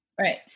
Right